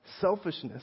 selfishness